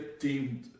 deemed